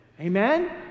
amen